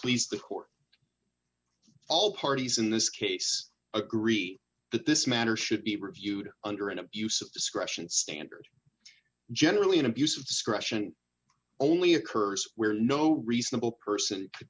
please the court all parties in this case agree that this matter should be reviewed under an abuse of discretion standard generally an abuse of discretion only occurs where no reasonable person